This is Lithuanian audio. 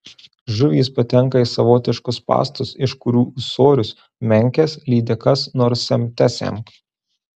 žuvys patenka į savotiškus spąstus iš kurių ūsorius menkes lydekas nors semte semk